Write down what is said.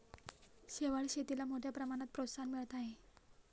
शेवाळ शेतीला मोठ्या प्रमाणात प्रोत्साहन मिळत आहे